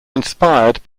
inspired